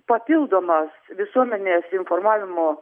papildomos visuomenės informavimo